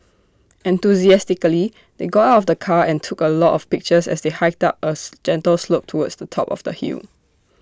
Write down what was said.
enthusiastically they got out of the car and took A lot of pictures as they hiked up as gentle slope towards the top of the hill